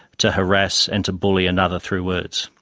to harass and to bully another through words.